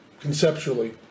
conceptually